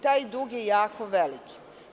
Taj dug je jako veliki.